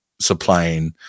supplying